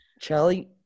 Charlie